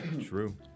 True